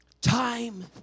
time